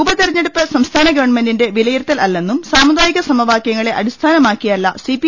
ഉപതെരഞ്ഞെടുപ്പ് സംസ്ഥാന ഗവൺമെന്റിന്റെ വിലയിരു ത്തൽ അല്ലെന്നും സാമുദായിക സമവാകൃങ്ങളെ അടി സ്ഥാനമാക്കിയല്ല സിപി